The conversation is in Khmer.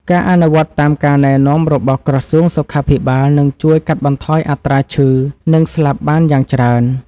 ការអនុវត្តតាមការណែនាំរបស់ក្រសួងសុខាភិបាលនឹងជួយកាត់បន្ថយអត្រាឈឺ និងស្លាប់បានយ៉ាងច្រើន។